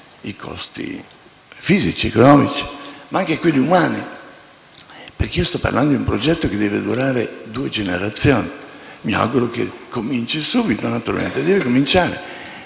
costi fisici, economici ma anche quelli umani. Sto parlando di un progetto che deve durare due generazioni; mi auguro che cominci subito, naturalmente, deve cominciare,